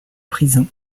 prison